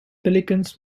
pelicans